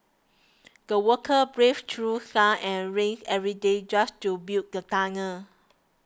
the workers braved through sun and rain every day just to build the tunnel